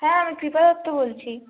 হ্যাঁ আমি কৃপা দত্ত বলছি